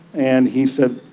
and he said,